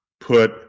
put